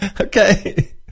Okay